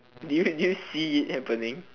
did you did you see it happening